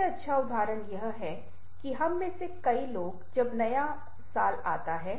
सबसे अच्छा उदाहरण यह है की हम में से कई लोग जब नया साल आता है